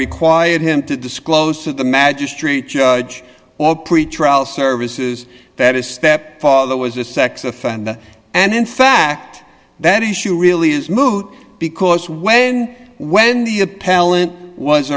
required him to disclose to the magistrate judge or pretrial services that his stepfather was a sex offender and in fact that issue really is moot because when when the appellant was